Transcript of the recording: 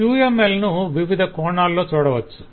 UML ను వివిధ కోణాల్లో చూడవచ్చు